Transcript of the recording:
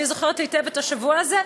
אני זוכרת היטב את השבוע הזה.